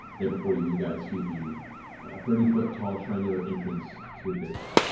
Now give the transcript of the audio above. there before you, you guys see the thirty foot tall triangular entrance to this